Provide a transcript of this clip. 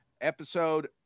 episode